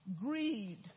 Greed